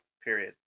period